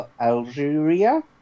Algeria